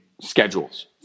schedules